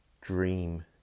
dream